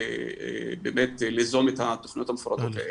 באמת ליזום את התכניות המפורטות האלה.